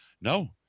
No